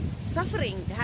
suffering